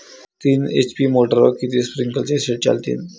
तीन एच.पी मोटरवर किती स्प्रिंकलरचे सेट चालतीन?